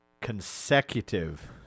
consecutive